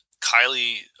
kylie